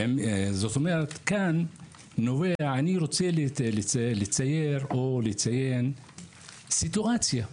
אני רוצה לציין סיטואציה.